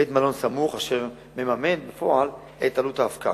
בית-מלון סמוך, אשר מממן בפועל את עלות ההפקעה.